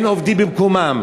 אין עובדים במקומם,